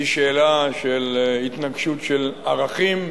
היא שאלה של התנגשות של ערכים,